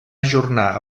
ajornar